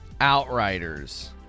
Outriders